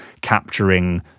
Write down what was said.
capturing